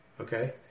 Okay